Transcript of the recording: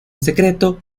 secreto